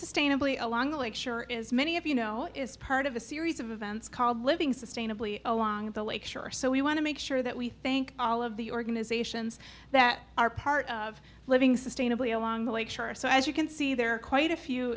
sustainably a long lecture is many of you know is part of a series of events called living sustainably along the lake shore so we want to make sure that we thank all of the organizations that are part of living sustainably along the lake shore so as you can see there are quite a few